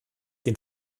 den